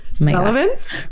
relevance